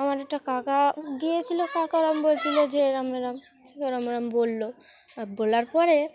আমার একটা কাকা গিয়েছিলো কাকার আম বলছিল যে এরম এরম এরম এরম এরম বললো আর বলার পরে